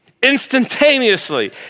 instantaneously